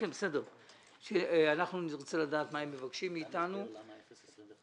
אפשר להסביר למה 0.25%?